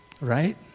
right